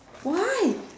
why